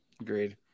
Agreed